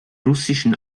russischen